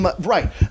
right